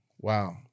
Wow